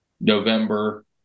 November